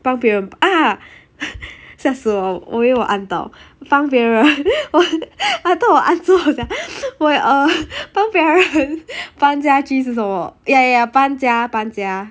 帮别人 ah 吓死我我以为我按到帮被人 I thought 我按错 sia 我也 err 帮别人按搬家具是什么 ya ya ya 搬家搬家